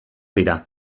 dira